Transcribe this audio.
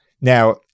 Now